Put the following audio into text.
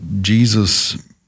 Jesus